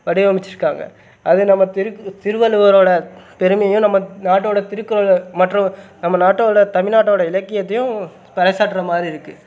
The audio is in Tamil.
வடிவமைச்சிருக்காங்க அது நம்ம திருக்கு திருவள்ளுவரோடய பெருமையும் நம்ம நாட்டோடய திருக்குறள் மற்றும் நம்ம நாட்டோடய தமிழ்நாட்டோட இலக்கியத்தையும் பறைசாற்றுற மாதிரி இருக்குது